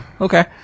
Okay